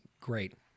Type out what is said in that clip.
great